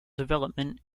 development